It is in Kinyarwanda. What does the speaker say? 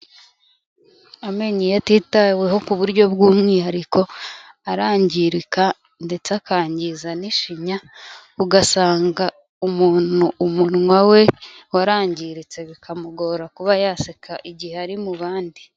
Amenyo iyo atitaweho ku buryo bw'umwihariko, arangirika ndetse akangiza n'ishinya, ugasanga umuntu umunwa we warangiritse bikamugora kuba yaseka igihe ari mu bandi.